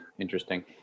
Interesting